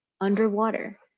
underwater